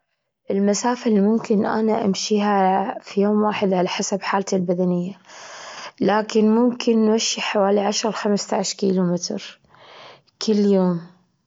المسافة اللي ممكن أنا أمشيها في يوم واحد على حسب حالتي البدنية، لكن ممكن نمشي حوالي عشرة خمستاشر كيلومتر كل يوم.